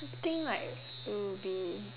I think like it will be